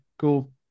cool